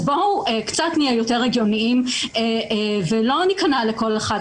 אז בואו נהיה קצת יותר הגיוניים ולא ניכנע לכל אחת